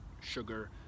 sugar